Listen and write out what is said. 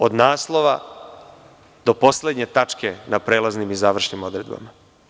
Od naslova do poslednje tačke na prelaznim i završnim odredbama.